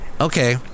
Okay